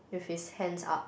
with his hands up